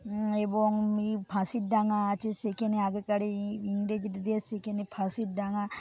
এবং এই ফাঁসির ডাঙা আছে সেখানে আগেকার এই ইংরেজদের সেখানে ফাঁসির ডাঙা